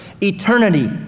Eternity